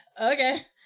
Okay